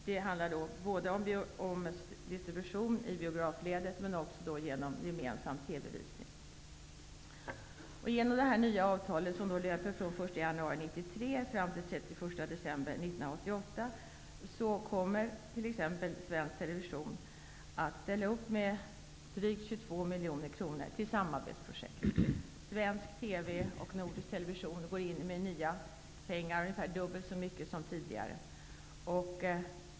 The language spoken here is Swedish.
Det handlar om distribution i biografledet, men även om gemensam TV januari 1993 fram till den 31 december 1998, kommer t.ex svensk television att ställa upp med drygt 22 miljoner kronor till samarbetsprojekt. Svensk TV och nordisk television går in med nya pengar, ungefär dubbelt så mycket som tidigare.